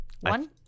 one